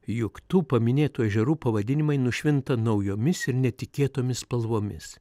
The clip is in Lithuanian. juk tų paminėtų ežerų pavadinimai nušvinta naujomis ir netikėtomis spalvomis